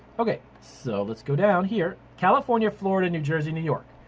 okay, so let's go down here, california, florida, new jersey, new york,